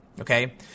okay